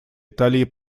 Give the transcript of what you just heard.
италии